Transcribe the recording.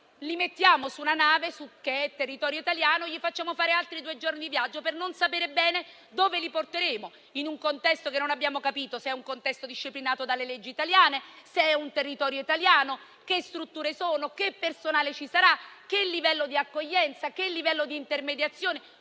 li mettiamo su una nave, che è territorio italiano, e facciamo fare loro altri due giorni di viaggio per non sapere bene dove li porteremo, in un contesto che non abbiamo capito se è disciplinato dalle leggi italiane, se sia territorio italiano, che strutture siano, che personale ci sarà, che livello di accoglienza, che livello di intermediazione,